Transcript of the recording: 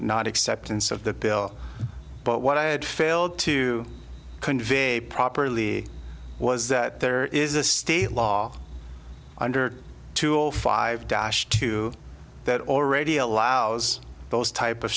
not acceptance of the bill but what i had failed to convey properly was that there is a state law under two or five dashed to that already allows those type of